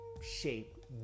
shape